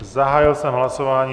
Zahájil jsem hlasování.